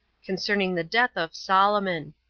concerning the death of solomon.